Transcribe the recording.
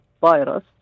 virus